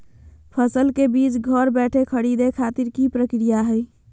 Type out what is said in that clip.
फसल के बीज घर बैठे खरीदे खातिर की प्रक्रिया हय?